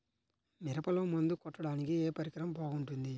మిరపలో మందు కొట్టాడానికి ఏ పరికరం బాగుంటుంది?